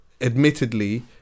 admittedly